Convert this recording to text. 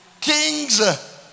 kings